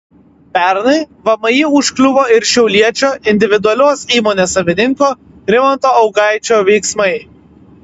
pernai vmi užkliuvo ir šiauliečio individualios įmonės savininko rimanto augaičio veiksmai